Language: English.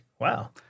Wow